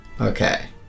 Okay